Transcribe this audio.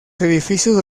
edificios